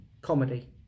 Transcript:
comedy